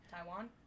Taiwan